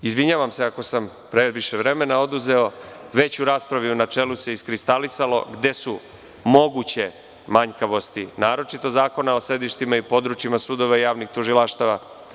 Izvinjavam se ako sam previše vremena oduzeo, već se u raspravi u načelu iskristalisalo gde su moguće manjkavosti naročito Zakona o sedištima i područjima sudova i javnih tužilaštava.